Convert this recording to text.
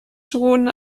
schon